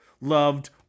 loved